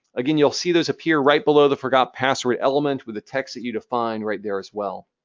again, you'll see those appear right below the forgot password element with the text that you define right there as well.